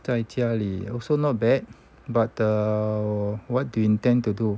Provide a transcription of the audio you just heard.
在家里 also not bad but err what you intend to do